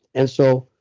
and so,